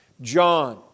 John